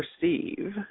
perceive